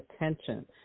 attention